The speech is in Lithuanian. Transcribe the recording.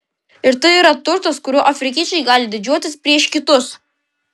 ir tai yra turtas kuriuo afrikiečiai gali didžiuotis prieš kitus